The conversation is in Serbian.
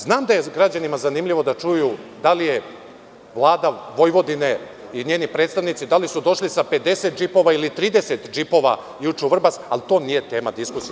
Znam da je građanima zanimljivo da čuju da li je Vlada Vojvodine i njeni predstavnici, da li su došli sa 50 džipova ili 30 džipova juče u Vrbas, ali to nije tema diskusije.